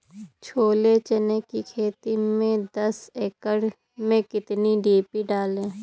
छोले चने की खेती में दस एकड़ में कितनी डी.पी डालें?